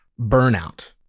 burnout